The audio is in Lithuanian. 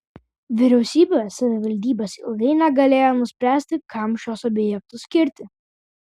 vyriausybė savivaldybės ilgai negalėjo nuspręsti kam šiuos objektus skirti